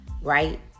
right